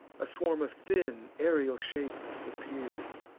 a swarm of thin aerial shapes appears,